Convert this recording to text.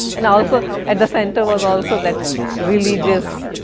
and also at the center was also that religious,